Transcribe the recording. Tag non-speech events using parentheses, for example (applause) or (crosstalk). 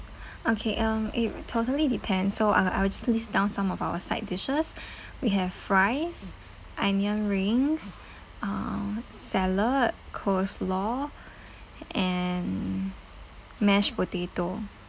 (breath) okay um it totally depend so I I will just list down some of our side dishes (breath) we have fries onion rings um salad coleslaw and mashed potato